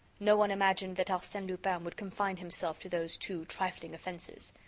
no one imagined that arsene lupin would confine himself to those two trifling offenses.